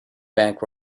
bank